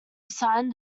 signed